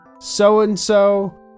so-and-so